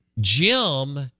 Jim